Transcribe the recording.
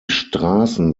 straßen